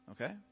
Okay